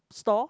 store